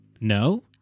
No